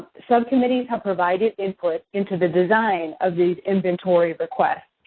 subcommittees have provided input into the design of these inventory requests,